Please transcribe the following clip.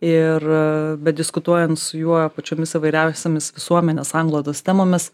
ir bediskutuojant su juo pačiomis įvairiausiomis visuomenės sanglaudos temomis